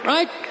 Right